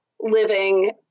living